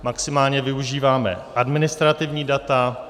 Maximálně využíváme administrativní data.